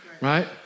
right